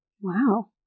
Wow